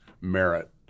merit